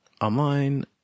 online